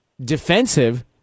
defensive